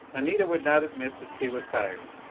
anita would not admit that she was tired.